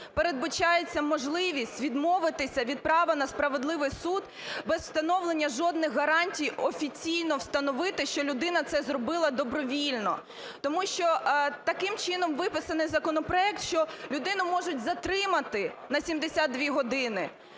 передбачається можливість відмовитися від права на справедливий суд, без встановлення жодних гарантій офіційно встановити, що людина це зробила добровільно. Тому що таким чином виписаний законопроект, що людину можуть затримати на 72 години,